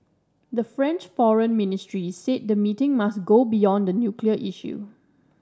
the French foreign ministry said the meeting must go beyond the nuclear issue